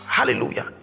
hallelujah